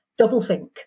doublethink